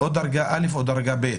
הן בדרגה א' או בדרגה ב'.